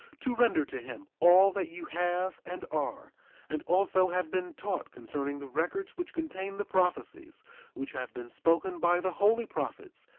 to render to him all that you have and are and also have been taught concerning the records which contain the prophecies which have been spoken by the holy prophets,